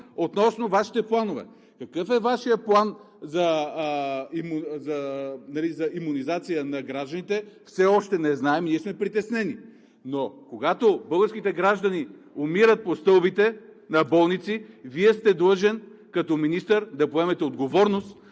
относно Вашите планове. Какъв е Вашият план за имунизация на гражданите все още не знаем. Ние сме притеснени. Но, когато българските граждани умират по стълбите на болници, Вие сте длъжен като министър да поемете отговорност,